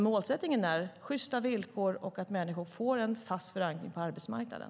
Målsättningen är sjysta villkor och att människor får fast förankring på arbetsmarknaden.